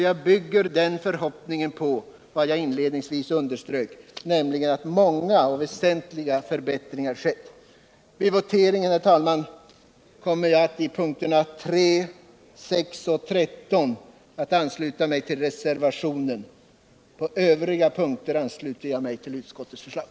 Jag bygger den förhoppningen på vad jag inledningsvis underströk, nämligen att många och väsentliga förbättringar har skett. Vid voteringen kommer jag, herr talman, på punkterna 3, 6 och 13 att ansluta mig till reservationen. På övriga punkter ansluter jag mig till utskottets förslag.